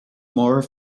more